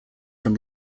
from